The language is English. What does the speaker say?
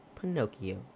Pinocchio